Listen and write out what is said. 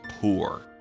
poor